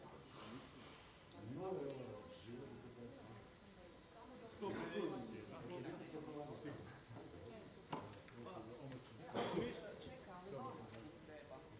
Hvala vam.